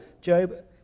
Job